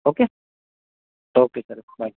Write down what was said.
okay okay ચલો by